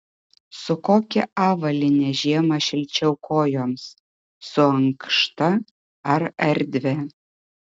su kokia avalyne žiemą šilčiau kojoms su ankšta ar erdvia